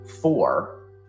four